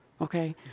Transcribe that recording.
Okay